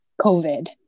covid